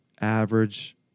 average